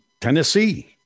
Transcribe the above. Tennessee